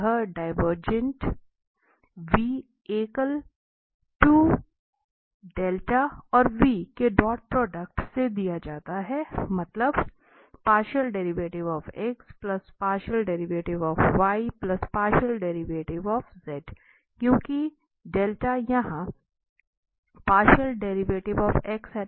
यह divergent 𝑣⃗ equal to ∇ और 𝑣⃗ के डॉट प्रोडक्ट से दिया जाता है मतलब क्यूंकि ∇ यहाँ का ऑपरेटर है